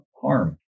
harm